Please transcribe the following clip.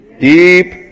Deep